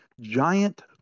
giant